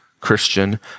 Christian